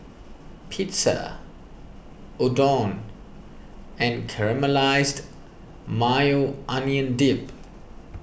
Pizza Udon and Caramelized Maui Onion Dip